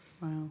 Wow